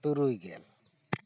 ᱛᱩᱨᱩᱭ ᱜᱮᱞ